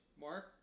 Mark